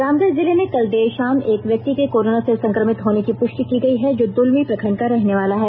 रामगढ़ जिले में कल देर शाम एक व्यक्ति के कोरोना से संक्रमित होने की पुष्टि की गई है जो दुलमी प्रखंड का रहनेवाला है